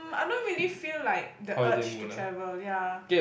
mm I don't really feel like the urge to travel ya